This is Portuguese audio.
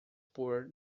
por